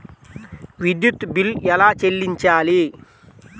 విద్యుత్ బిల్ ఎలా చెల్లించాలి?